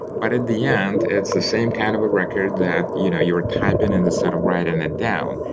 but in the end, it's the same kind of a record that you know you're typing instead of writing it down.